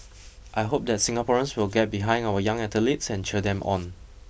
I hope that Singaporeans will get behind our young athletes and cheer them on